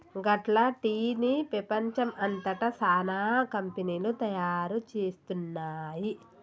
గట్ల టీ ని పెపంచం అంతట సానా కంపెనీలు తయారు చేస్తున్నాయి